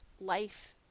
Life